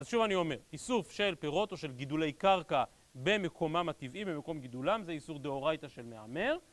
אז שוב אני אומר, איסוף של פירות או של גידולי קרקע במקומם הטבעי, במקום גידולם, זה איסור דאורייתא של מעמר.